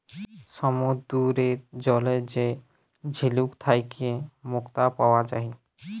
সমুদ্দুরের জলে যে ঝিলুক থ্যাইকে মুক্তা পাউয়া যায়